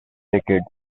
decades